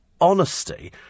honesty